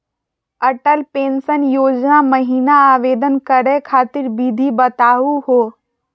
Atal pension योजना महिना आवेदन करै खातिर विधि बताहु हो?